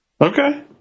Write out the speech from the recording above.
Okay